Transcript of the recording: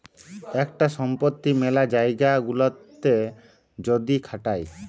একটা সম্পত্তি মেলা জায়গা গুলাতে যদি খাটায়